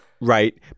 Right